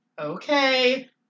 okay